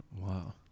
wow